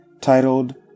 titled